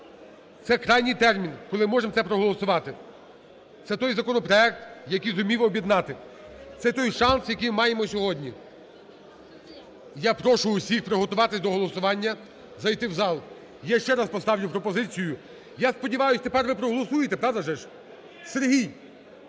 Це крайній термін, коли можемо це проголосувати. Це той законопроект, який зумів об'єднати, це той шанс, який маємо сьогодні. Я прошу всіх приготуватись до голосування, зайти в зал, я ще раз поставлю пропозицію. Я сподіваюсь, тепер ви проголосуєте правда? Сергій,